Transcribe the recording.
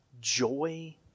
joy